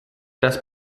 das